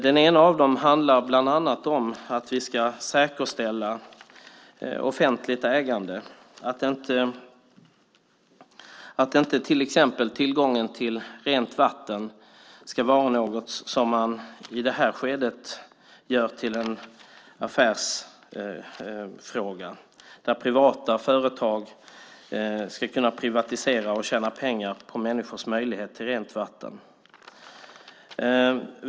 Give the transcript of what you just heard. Den ena av dem handlar bland annat om att vi ska säkerställa offentligt ägande. Tillgången till rent vatten ska till exempel inte vara något som i det här skedet görs till en affärsfråga där privata företag ska kunna privatisera och tjäna pengar på människors möjlighet till rent vatten.